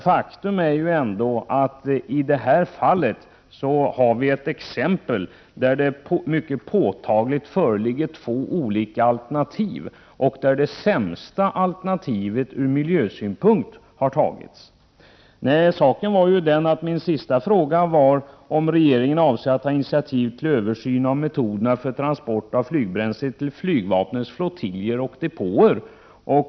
Faktum är ändå att i det här fallet har vi ett exempel där det mycket påtagligt föreligger två olika alternativ och där det ur miljösynpunkt sämsta alternativet har valts. Nej, saken är den att min sista fråga var om regeringen avser att ta initiativ till översyn av metoderna för transport av flygbränsle till flygvapnets flottiljer och depåer.